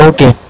Okay